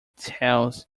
tails